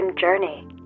journey